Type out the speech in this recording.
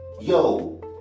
Yo